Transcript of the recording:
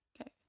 Okay